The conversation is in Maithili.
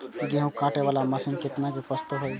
गेहूँ काटे वाला मशीन केतना के प्रस्ताव हय?